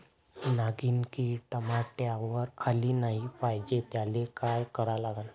नागिन किड टमाट्यावर आली नाही पाहिजे त्याले काय करा लागन?